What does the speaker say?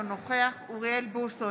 אינו נוכח אוריאל בוסו,